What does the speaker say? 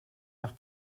nach